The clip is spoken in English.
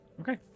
Okay